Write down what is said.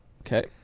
Okay